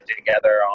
together